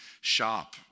shop